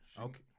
Okay